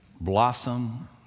blossom